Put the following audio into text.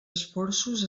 esforços